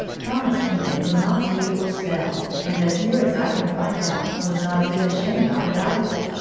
thomas lincoln could not read or spell, and as near as i can find out, was not a bit ashamed of it, either.